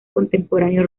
contemporáneo